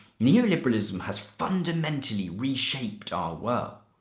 neoliberalism has fundamentally reshaped our world.